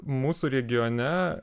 mūsų regione